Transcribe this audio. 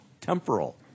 temporal